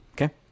Okay